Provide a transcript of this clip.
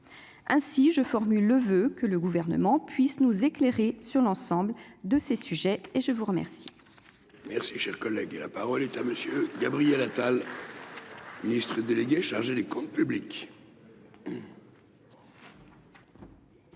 ainsi je formule le voeu que le gouvernement puisse nous éclairer sur l'ensemble de ces sujets et je vous remercie.